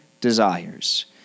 desires